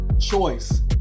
Choice